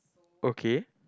okay